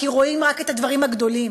כי רואים רק את הדברים הגדולים.